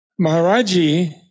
Maharaji